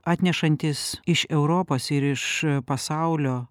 atnešantys iš europos ir iš pasaulio